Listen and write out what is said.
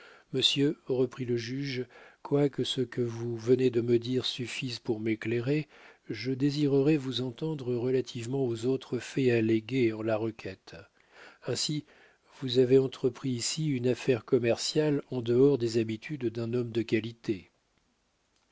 monsieur reprit le juge quoique ce que vous venez de me dire suffise pour m'éclairer je désirerais vous entendre relativement aux autres faits allégués en la requête ainsi vous avez entrepris ici une affaire commerciale en dehors des habitudes d'un homme de qualité